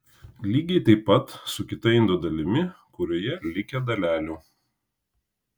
lygiai taip pat su kita indo dalimi kurioje likę dalelių